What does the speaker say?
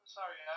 sorry